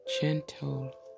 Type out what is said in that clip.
gentle